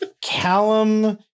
Callum